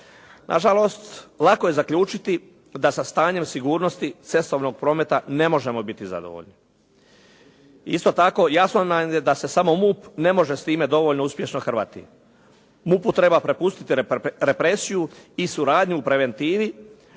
Nažalost lako je zaključiti da sa stanjem sigurnosti cestovnog prometa ne možemo biti zadovoljni. Isto tako jasno nam je da se samo MUP ne može s time dovoljno uspješno hrvati. MUP-u treba prepustiti represiju i suradnju u preventivi